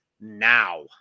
now